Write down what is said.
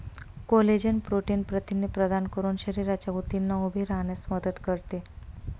collagen protein प्रथिने प्रदान करून शरीराच्या ऊतींना उभे राहण्यास मदत करते